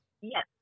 yes